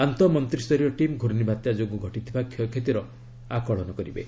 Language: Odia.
ଆନ୍ତଃ ମନ୍ତ୍ରିସ୍ତରୀୟ ଟିମ୍ ଘୂର୍ଣ୍ଣବାତ୍ୟା ଯୋଗୁଁ ଘଟିଥିବା କ୍ଷୟକ୍ଷତିର ଆଜି ଆକଳନ କରିବେ